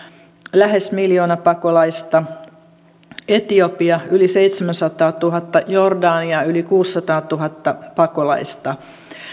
lähes miljoona pakolaista etiopia yli seitsemänsataatuhatta pakolaista jordania yli kuusisataatuhatta pakolaista